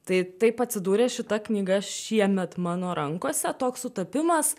tai taip atsidūrė šita knyga šiemet mano rankose toks sutapimas